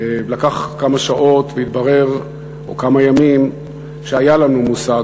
לקח כמה שעות או כמה ימים והתברר שהיה לנו מושג